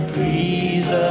Please